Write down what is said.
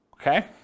Okay